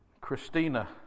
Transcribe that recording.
Christina